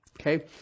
Okay